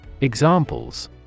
Examples